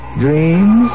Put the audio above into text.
dreams